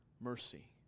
mercy